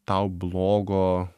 tau blogo